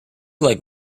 like